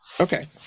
Okay